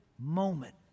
Moment